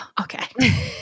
okay